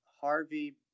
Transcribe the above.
Harvey